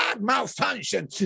malfunction